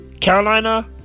Carolina